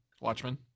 Watchmen